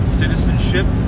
citizenship